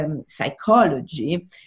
psychology